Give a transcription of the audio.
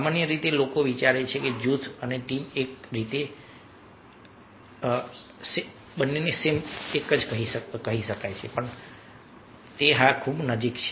સામાન્ય રીતે લોકો વિચારે છે કે જૂથ અને ટીમ એક રીતે કહી શકે છે કે હા તેઓ ખૂબ નજીક છે